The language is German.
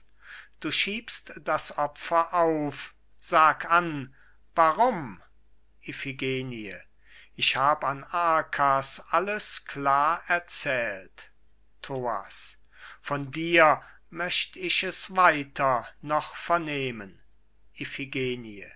du schiebst das opfer auf sag an warum iphigenie ich hab an arkas alles klar erzählt thoas von dir möcht ich es weiter noch vernehmen